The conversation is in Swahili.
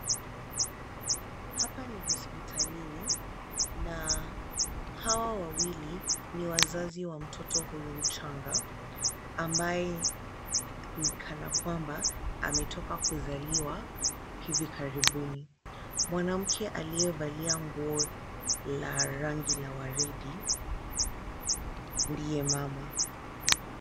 Hapa ni hospitalini na hawa wawili ni wazazi wa mtoto huyu mchanga ambaye ni kana kwamba ametoka kuzaliwa hivi karibuni. Mwanamke aliyevalia nguo la rangi la waridi ndiye mama.